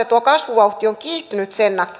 tuo kasvuvauhti on kiihtynyt sen